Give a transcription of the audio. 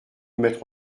mettre